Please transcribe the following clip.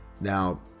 Now